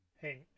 Hey